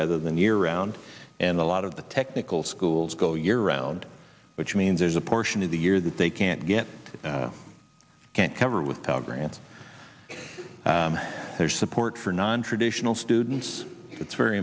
other than year round and a lot of the technical schools go year round which means there's a portion of the year that they can't get it can't cover with our grants or support for nontraditional students it's very